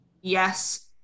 yes